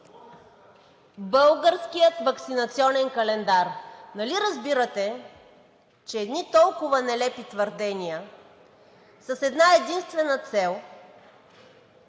българския ваксинационен календар? Нали разбирате, че едни толкова нелепи твърдения с една-единствена цел